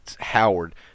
Howard